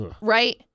right